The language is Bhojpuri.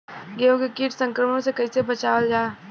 गेहूँ के कीट संक्रमण से कइसे बचावल जा?